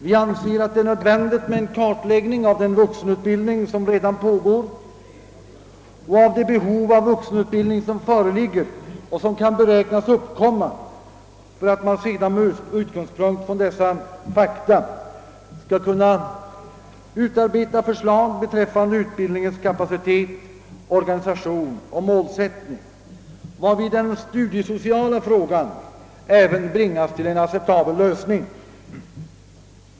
Vi anser att det är nödvändigt med en kartläggning av den vuxenutbildning som redan pågår och av det behov av vuxenutbildning som föreligger och som kan beräknas uppkomma, för att man sedan med utgångspunkt från dessa fakta skall kunna utarbeta förslag beträffande utbildningens ka pacitet, organisation och målsättning, varvid den studiesociala frågan iven bringas till en acceptabel lösning.